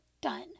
done